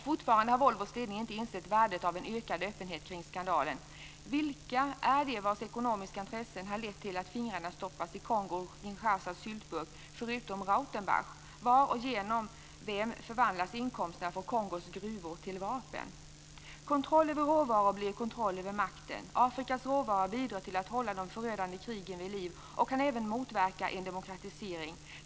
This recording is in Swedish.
Fortfarande har Volvos ledning inte insett värdet av en ökad öppenhet kring skandalen. Vilka är det vars ekonomiska intressen har lett till att fingrarna stoppas i Kongo-Kinshasas syltburk förutom Rautenbach? Var och genom vem förvandlas inkomsterna från Kongos gruvor till vapen? Kontroll över råvaror blir kontroll över makten. Afrikas råvaror bidrar till att hålla de förödande krigen vid liv och kan även motverka en demokratisering.